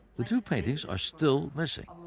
the two paintings are still missing.